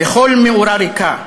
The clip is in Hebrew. בכל מאורה ריקה?